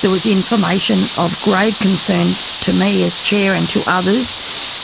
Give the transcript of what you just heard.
there was information of grave concern to me as chair and to others